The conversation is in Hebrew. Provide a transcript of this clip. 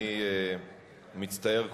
אני מצטער,